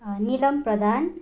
Nilam Pradhan